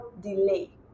delay